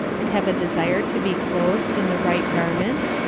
and have a desire to be clothed in the right garment?